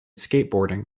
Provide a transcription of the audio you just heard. skateboarding